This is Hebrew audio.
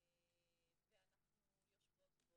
ואנחנו יושבות פה